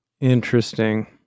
Interesting